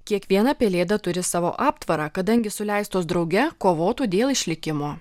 kiekviena pelėda turi savo aptvarą kadangi suleistos drauge kovotų dėl išlikimo